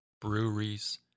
breweries